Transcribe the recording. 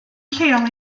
lleol